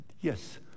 Yes